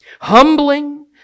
humbling